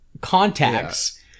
contacts